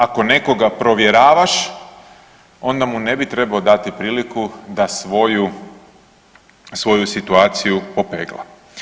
Ako nekoga provjeravaš onda mu ne bi trebao dati priliku da svoju situaciju popegla.